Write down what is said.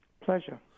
Pleasure